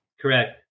Correct